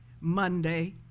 Monday